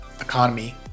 economy